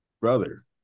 Brother